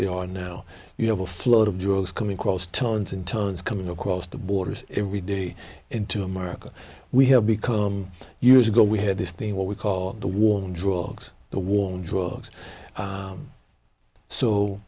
they are now you have a flow of drugs coming across tons and tons coming across the borders every day into america we have become used to go we had this thing what we call the war on drugs the war on drugs